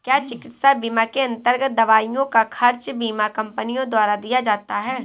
क्या चिकित्सा बीमा के अन्तर्गत दवाइयों का खर्च बीमा कंपनियों द्वारा दिया जाता है?